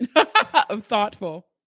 Thoughtful